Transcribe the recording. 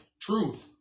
truth